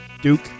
Duke